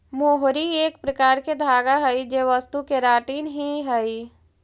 मोहरी एक प्रकार के धागा हई जे वस्तु केराटिन ही हई